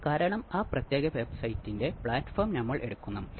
കാരണം നമ്മൾ inverting amplifier ആണ് ഉപയോഗിച്ചത്